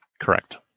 Correct